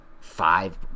five